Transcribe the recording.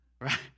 right